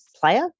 player